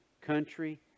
country